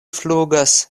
flugas